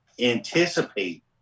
anticipate